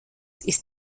ist